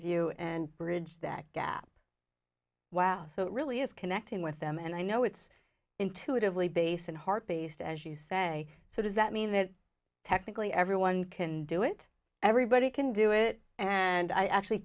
view and bridge that gap wow so it really is connecting with them and i know it's intuitively base and heart based as you say so does that mean that technically everyone can do it everybody can do it and i actually